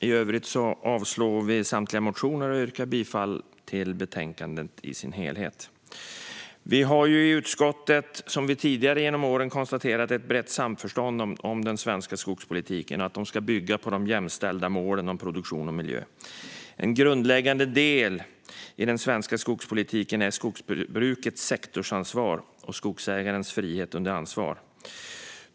I övrigt yrkar jag avslag på samtliga motioner och reservationer och yrkar bifall till förslaget i betänkandet. Vi har i utskottet sedan tidigare konstaterat att det finns ett brett samförstånd om att den svenska skogspolitiken ska bygga på de jämställda målen om produktion och miljö. En grundläggande del i den svenska skogspolitiken är skogsbrukets sektorsansvar och skogsägarnas frihet under ansvar.